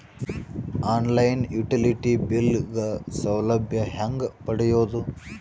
On line utility bill ಗ ಸೌಲಭ್ಯ ಹೇಂಗ ಪಡೆಯೋದು?